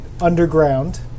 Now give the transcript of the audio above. underground